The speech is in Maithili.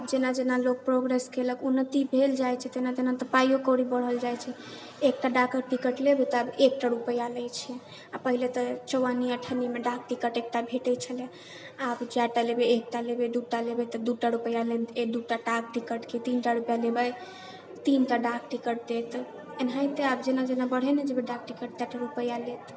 आब जेना जेना लोक प्रोग्रेस केलक उन्नति भेल जाइत छै तेना तेना तऽ पाइओ कौड़ी बढ़ल जाइत छै एकटा डाक टिकट लेब तऽ आब एकटा रूपैआ लै छै आ पहिले तऽ चौअन्नी अठन्नीमे डाक टिकट एकटा भेटैत छलै आब जयटा लेब एकटा लेबै दूटा लेबै तऽ दूटा रूपैआ लेब तऽ दूटा डाक टिकटके तीनटा रूपैआ देबै तीनटा डाक टिकट देत एनाहिते आब जेना जेना बढ़ेने जेबै डाक टिकट ततेक रूपैआ लेत